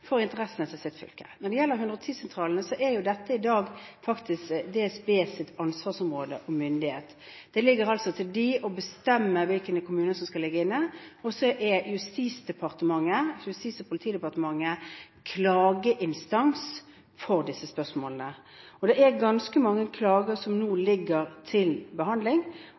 dag faktisk DSBs ansvarsområde og myndighet. Det ligger altså til dem å bestemme hvilke kommuner som skal ligge inne, og så er Justis- og beredskapsdepartementet klageinstans for disse spørsmålene. Det er ganske mange klager som nå ligger til behandling.